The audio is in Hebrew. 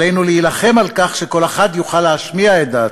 עלינו להילחם על כך שכל אחד יוכל להשמיע את דעתו,